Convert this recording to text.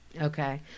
Okay